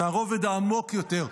מהרובד העמוק יותר,